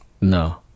No